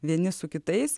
vieni su kitais